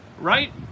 right